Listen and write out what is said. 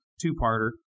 two-parter